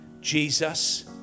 Jesus